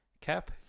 cap